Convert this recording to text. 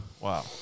Wow